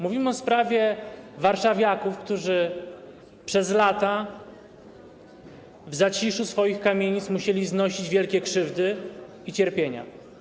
Mówimy o sprawie warszawiaków, którzy przez lata w zaciszu swoich kamienic musieli znosić wielkie krzywdy i cierpienia.